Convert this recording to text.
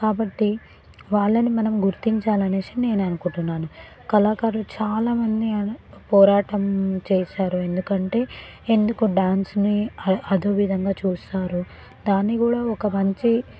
కాబట్టి వాళ్ళని మనం గుర్తించాలనేసి నేను అనుకుంటున్నాను కళాకారులు చాలా మంది అల పోరాటం చేసారు ఎందుకంటే ఎందుకు డాన్స్ని అదో విధంగా చూస్తారు దాన్ని కూడా ఒక మంచి